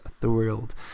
thrilled